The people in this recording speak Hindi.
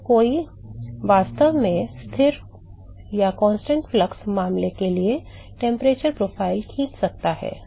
तो कोई वास्तव में स्थिर प्रवाह मामले के लिए तापमान प्रोफ़ाइल खींच सकता है